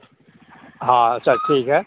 हाँ सब ठीक है